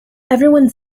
everyone